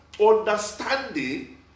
understanding